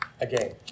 again